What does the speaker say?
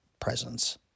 presence